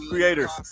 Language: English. Creators